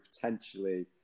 potentially